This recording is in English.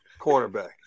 cornerback